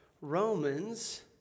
Romans